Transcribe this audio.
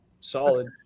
solid